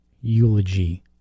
eulogy